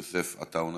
יוסף עטאונה.